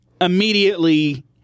immediately